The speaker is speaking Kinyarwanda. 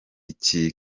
iti